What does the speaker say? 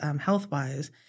health-wise